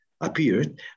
appeared